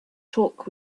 talk